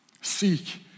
Seek